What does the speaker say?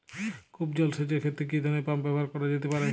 কূপ জলসেচ এর ক্ষেত্রে কি ধরনের পাম্প ব্যবহার করা যেতে পারে?